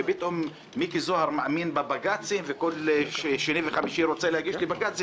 ופתאום מיקי זוהר מאמין בבג"צים וכל שני וחמישי רוצה להגיש בג"ץ,